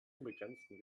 unbegrenzten